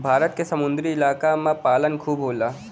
भारत के समुंदरी इलाका में पालन खूब होला